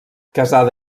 casada